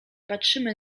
patrzymy